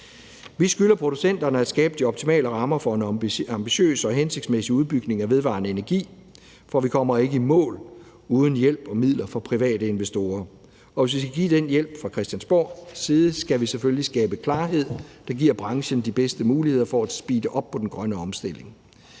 Vi skylder producenterne at skabe de optimale rammer for en ambitiøs og hensigtsmæssig udbygning af den vedvarende energi, for vi kommer ikke i mål uden hjælp og midler fra private investorer, og hvis vi skal give den hjælp fra Christiansborgs side, skal vi selvfølgelig skabe klarhed. Det giver branchen de bedste muligheder for at speede op på den grønne omstilling.